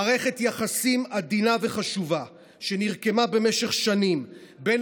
מערכת יחסים עדינה וחשובה שנרקמה במשך שנים בין